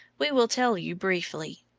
we will tell you briefly.